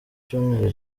cyumweru